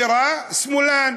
שהוא שמאלן.